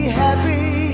happy